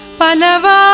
palava